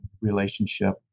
relationship